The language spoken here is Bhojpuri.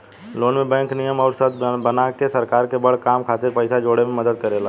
लोन में बैंक नियम अउर शर्त बना के सरकार के बड़ काम खातिर पइसा जोड़े में मदद करेला